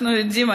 אנחנו יודעים,